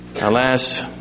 Alas